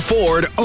Ford